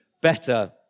better